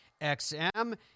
XM